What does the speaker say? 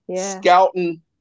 scouting